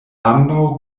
ambaŭ